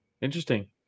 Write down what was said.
Interesting